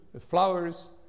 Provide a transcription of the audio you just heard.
flowers